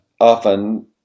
often